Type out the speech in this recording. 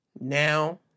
now